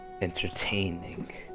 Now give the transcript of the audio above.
entertaining